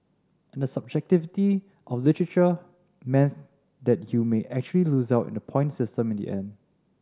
and the subjectivity of literature means that you may actually lose out in the point system in the end